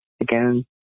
Again